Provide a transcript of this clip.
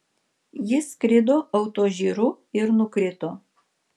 jis skrido autožyru ir nukrito